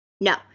No